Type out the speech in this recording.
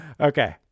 Okay